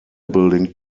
building